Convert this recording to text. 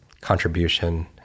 contribution